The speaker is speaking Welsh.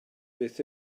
beth